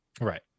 Right